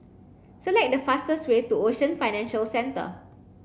select the fastest way to Ocean Financial Centre